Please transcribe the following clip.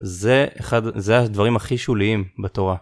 זה הדברים הכי שוליים בתורה.